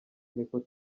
niko